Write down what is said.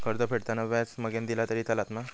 कर्ज फेडताना व्याज मगेन दिला तरी चलात मा?